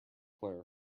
player